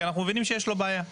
כי אנחנו מבינים שיש לו בעיה.